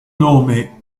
nome